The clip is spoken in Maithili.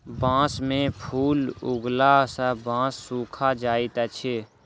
बांस में फूल उगला सॅ बांस सूखा जाइत अछि